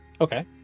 Okay